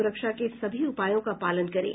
सुरक्षा के सभी उपायों का पालन करें